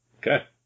Okay